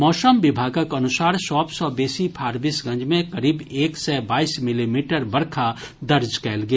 मौसम विभागक अनुसार सभ सँ बेसी फारबिसगंज मे करीब एक सय बाईस मिलीमीटर बरखा दर्ज कयल गेल